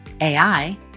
AI